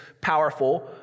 powerful